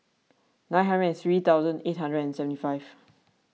nine hundred and three thousand eight hundred and seventy five